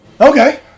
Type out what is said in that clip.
Okay